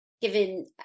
given